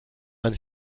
man